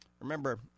Remember